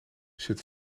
zit